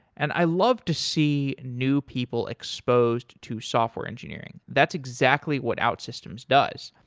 and i love to see new people exposed to software engineering. that's exactly what outsystems does.